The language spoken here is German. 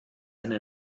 eine